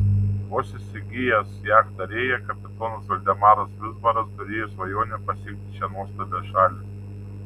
vos įsigijęs jachtą rėja kapitonas valdemaras vizbaras turėjo svajonę pasiekti šią nuostabią šalį